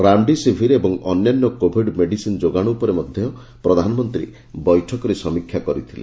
remdesivir ଏବଂ ଅନ୍ୟାନ୍ୟ COVID medicine ଯୋଗାଣ ଉପରେ ମଧ ପ୍ରଧାନମନ୍ତୀ ବୈଠକରେ ସମୀକ୍ଷା କରିଥିଲେ